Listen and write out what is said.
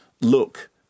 look